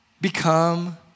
become